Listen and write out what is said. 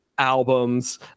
albums